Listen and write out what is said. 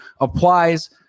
applies